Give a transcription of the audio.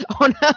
on